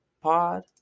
Pod